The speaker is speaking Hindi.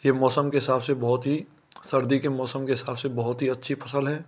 यह मौसम के हिसाब से बहुत ही सर्दी के मौसम के हिसाब से बहुत ही अच्छी फसल है